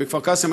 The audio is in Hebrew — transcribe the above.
בכפר קאסם,